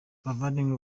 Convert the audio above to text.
bavandimwe